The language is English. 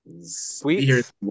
Sweet